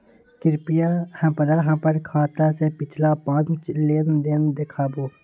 कृपया हमरा हमर खाता से पिछला पांच लेन देन देखाबु